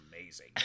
amazing